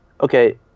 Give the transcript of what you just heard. Okay